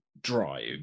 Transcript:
drive